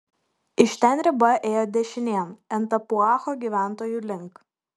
iš ten riba ėjo dešinėn en tapuacho gyventojų link